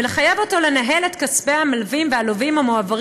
ולחייב אותו לנהל את כספי המלווים והלווים המועברים